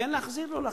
כן להחזיר, לא להחזיר.